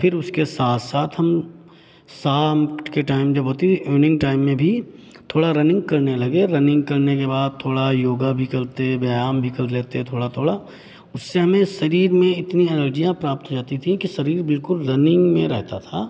फिर उसके साथ साथ हम शाम के टाइम जो होती रनिंग टाइम में भी थोड़ा रनिंग करने लगे रनिंग करने के बाद थोड़ा योगा भी करते व्यायाम भी कर लेते थोड़ा थोड़ा उससे हमें शरीर में हमें इतनी एनर्जियां प्राप्त हो जाती थी कि शरीर बिल्कुल रनिंग में रहता था